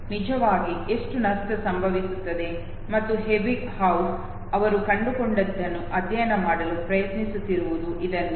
ನಿಜವಾಗಿ ಎಷ್ಟು ನಷ್ಟ ಸಂಭವಿಸುತ್ತದೆ ಮತ್ತು ಎಬ್ಬಿಂಗ್ಹೌಸ್ ಅವರು ಕಂಡುಕೊಂಡಿದ್ದನ್ನು ಅಧ್ಯಯನ ಮಾಡಲು ಪ್ರಯತ್ನಿಸುತ್ತಿರುವುದು ಇದನ್ನೇ